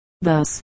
thus